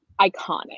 iconic